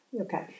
Okay